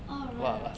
oh right right